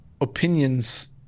opinions